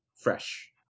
fresh